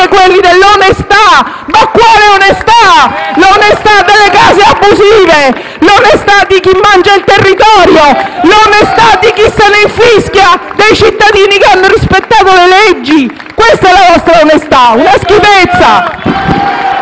onestà? L'onestà delle case abusive? L'onestà di chi mangia il territorio? L'onestà di chi se ne infischia dei cittadini che hanno rispettato le leggi? Questa è la vostra onestà: una schifezza.